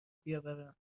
بیاورم